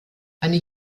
eine